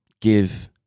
Give